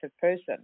person